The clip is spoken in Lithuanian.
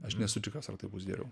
aš nesu tikras ar tai bus geriau